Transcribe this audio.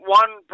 one